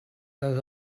those